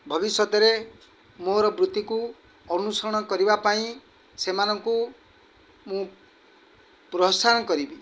ଭବିଷ୍ୟତରେ ମୋର ବୃତ୍ତିକୁ ଅନୁସରଣ କରିବା ପାଇଁ ସେମାନଙ୍କୁ ମୁଁ ପ୍ରୋତ୍ସାହନ କରିବି